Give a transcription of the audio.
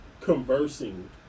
conversing